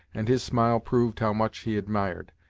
and his smile proved how much he admired,